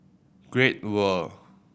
Great World